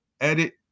edit